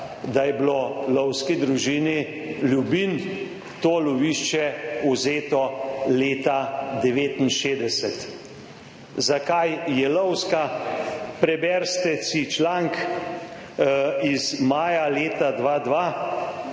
da je bilo Lovski družini Lubinj to lovišče vzeto leta 1969. Zakaj je lovska? Preberite si članek iz maja leta 2002,